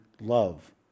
love